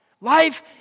Life